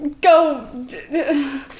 go